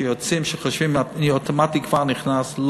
כשיוצאים, חושבים שאוטומטית אני כבר נכנס.